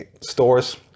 stores